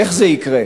איך זה יקרה?